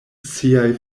siaj